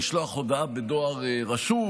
לשלוח הודעה בדואר רשום,